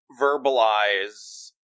verbalize